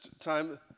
time